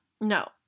No